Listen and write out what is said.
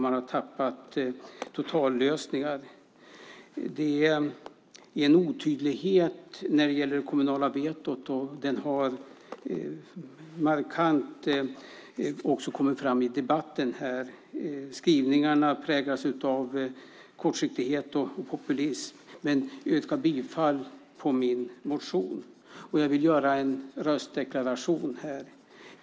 Man har tappat totallösningar. Det är en otydlighet när det gäller det kommunala vetot. Det har markant också kommit fram i debatten här. Skrivningarna präglas av kortsiktighet och populism. Men man tillstyrker min motion. Jag vill göra en röstdeklaration här.